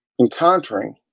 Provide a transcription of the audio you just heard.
encountering